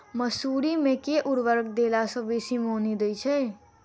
मसूरी मे केँ उर्वरक देला सऽ बेसी मॉनी दइ छै?